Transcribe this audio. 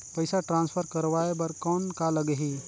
पइसा ट्रांसफर करवाय बर कौन का लगही?